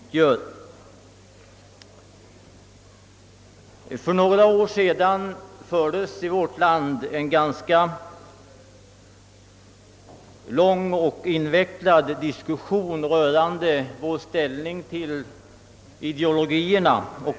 För några år sedan fördes i vårt land en ganska lång och invecklad diskussion rörande vår inställning till ideologierna.